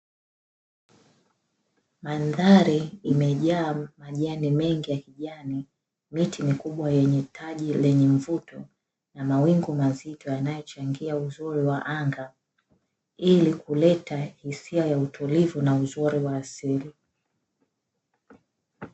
Mandhari imejaa majani mengi ya kijani, miti mikubwa yenye taji lenye mvuto na mawingu mazito yanayochangia uzuri wa anga ili kuleta uhisia ya tulivu na uzuri wa asili.